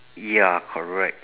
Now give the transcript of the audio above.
ya correct